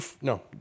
No